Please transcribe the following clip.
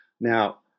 Now